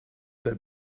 their